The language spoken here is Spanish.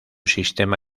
sistema